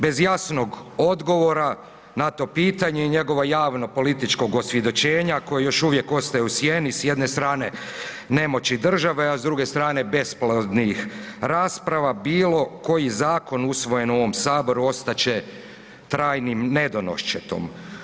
Bez jasnog odgovora na to pitanje i njegovog javno političkog osvjedočenja koje još uvijek ostaje u sjeni s jedne strane nemoći države, a s druge strane besplodnih rasprava bilo koji zakon usvojen u ovom saboru ostat će trajnim nedonoščetom.